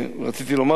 אדוני היושב-ראש,